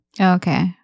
Okay